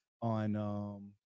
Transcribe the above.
on